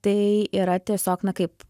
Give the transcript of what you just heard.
tai yra tiesiog na kaip